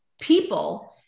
people